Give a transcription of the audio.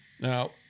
Now